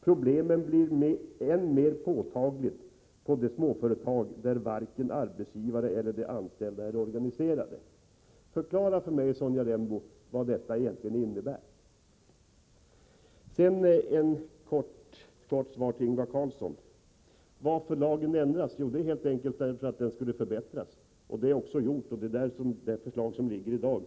Problemen blir än mer påtagliga på de småföretag där varken arbetsgivare eller de anställda är organiserade.” Förklara för mig, Sonja Rembo, vad detta egentligen innebär! Härefter ett kort svar till Ingvar Karlsson i Bengtsfors: Lagen ändras helt enkelt för att den skall förbättras. Det är vad som är gjort i det förslag som föreligger i dag.